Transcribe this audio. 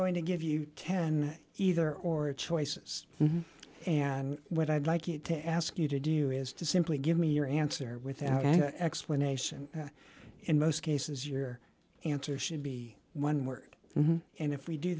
going to give you can either or choices and what i'd like to ask you to do is to simply give me your answer without an explanation in most cases your answer should be one word and if we do